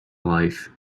life